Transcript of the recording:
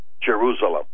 Jerusalem